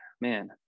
man